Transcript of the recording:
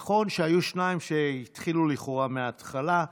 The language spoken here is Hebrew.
נכון שהיו שניים שהתחילו לכאורה מההתחלה.